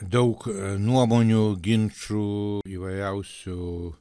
daug nuomonių ginčų įvairiausių